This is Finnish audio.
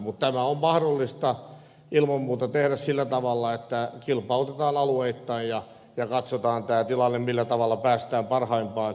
mutta tämä on ilman muuta mahdollista tehdä sillä tavalla että kilpailutetaan alueittain ja katsotaan tämä tilanne millä tavalla päästään parhaimpaan